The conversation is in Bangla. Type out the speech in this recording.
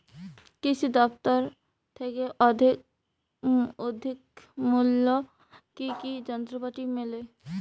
কৃষি দফতর থেকে অর্ধেক মূল্য কি কি যন্ত্রপাতি মেলে?